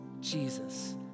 Jesus